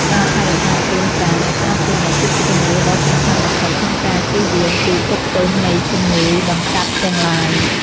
ការថែរក្សាខ្លួនប្រាណឱ្យស្អាតជានិច្ចគឺជាគន្លឹះដ៏សំខាន់បំផុតក្នុងការចៀសវាងពីទុក្ខទោសនៃជំងឺដង្កាត់ទាំងឡាយ។